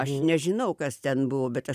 aš nežinau kas ten buvo bet aš